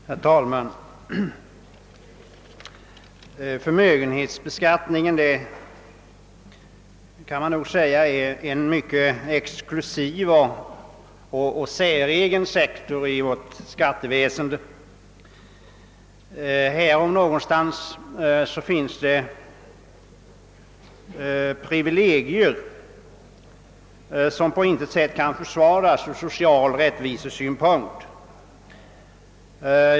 Herr talman! Förmögenhetsbeskattningen är, kan man nog säga, en mycket exklusiv och säregen sektor i vårt skatteväsende. Här om någonstans finns det privilegier som på intet sätt kan försvaras ur social rättvisesynpunkt.